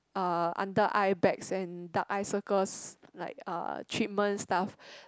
uh under eye bags and dark eye circles like uh treatment stuff